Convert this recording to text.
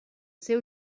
seu